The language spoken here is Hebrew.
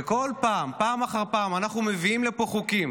וכל פעם, פעם אחר פעם, אנחנו מביאים לפה חוקים